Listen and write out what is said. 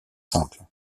simple